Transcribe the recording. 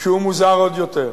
שהוא מוזר עוד יותר,